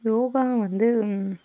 யோகா வந்து